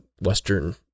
Western